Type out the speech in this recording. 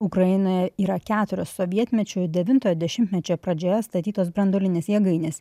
ukrainoje yra keturios sovietmečiu devintojo dešimtmečio pradžioje statytos branduolinės jėgainės